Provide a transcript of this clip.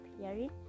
hearing